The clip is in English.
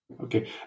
Okay